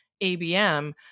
ABM